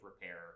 repair